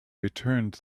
returned